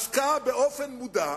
עסקו באופן מודע,